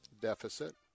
deficit